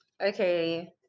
Okay